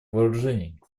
вооружений